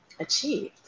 achieved